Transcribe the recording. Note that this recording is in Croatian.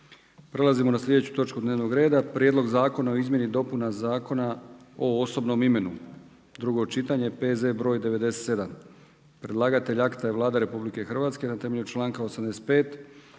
Pređimo na drugu točku dnevnog reda: - Konačni prijedlog Zakona o izmjeni Zakona o udrugama, drugo čitanje, P.Z. br. 98 Predlagatelj akta je Vlada Republike Hrvatske na temelju članka 85.